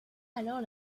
alors